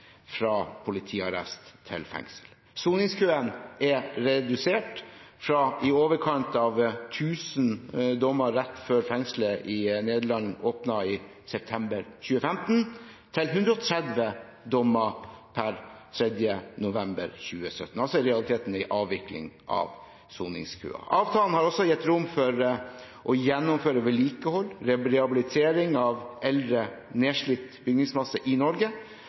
fra politiarrest til fengsel. Soningskøen er redusert fra i overkant av 1 000 dommer rett før fengselet i Nederland åpnet i september 2015, til 130 dommer per 3. november 2017, altså i realiteten en avvikling av soningskøen. Avtalen har også gitt rom for å gjennomføre vedlikehold, rehabilitering av eldre, nedslitt bygningsmasse i Norge.